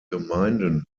gemeinden